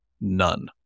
None